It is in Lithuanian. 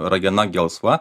ragena gelsva